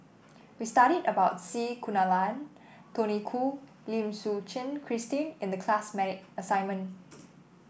we studied about C Kunalan Tony Khoo Lim Suchen Christine in the class assignment